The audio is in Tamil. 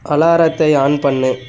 அலாரத்தை ஆன் பண்ணு